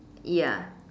ya